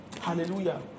Hallelujah